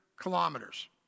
kilometers